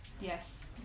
Yes